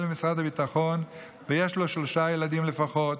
ממשרד הביטחון ויש לו שלושה ילדים לפחות.